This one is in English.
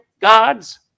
gods